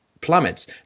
plummets